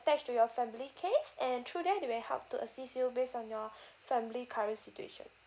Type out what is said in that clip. attach to your family case and through there they will help to assist you based on your family current situation